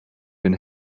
been